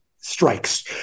strikes